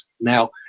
Now